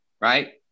right